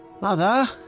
Mother